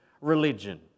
religion